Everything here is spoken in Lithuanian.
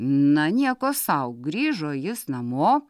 na nieko sau grįžo jis namo